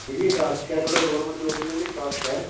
ਇਹ ਵੀ ਇੰਟਰਸਟ ਕਿਆ ਤੁਹਾਡਾ ਗੋਰਮੈਂਟ ਜੋਬ ਦੇ ਵਿੱਚ ਇੰਟਰਸਟ ਹੈ